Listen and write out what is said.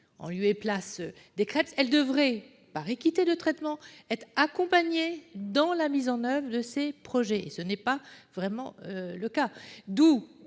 en lieu et place des CREPS, elles devraient, par équité de traitement, être accompagnées dans la mise en oeuvre de ces projets. Or tel n'est pas vraiment le cas.